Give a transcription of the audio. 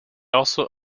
also